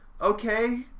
okay